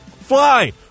fly